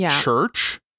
church